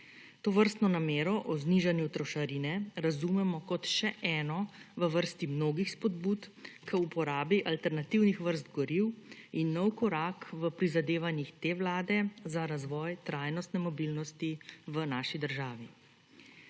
Tovrstno namero o znižanju trošarine razumemo kot še eno, v vrsti mnogih spodbud k uporabi alternativnih vrst goriv in nov korak v prizadevanjih te Vlade, za razvoj trajnostne mobilnosti v naši državi.